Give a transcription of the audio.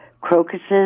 crocuses